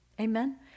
Amen